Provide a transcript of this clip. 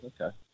okay